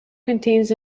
contains